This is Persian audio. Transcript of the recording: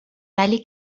ولی